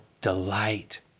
delight